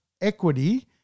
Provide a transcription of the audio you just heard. equity